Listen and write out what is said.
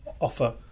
offer